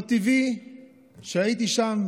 לא טבעי שהייתי שם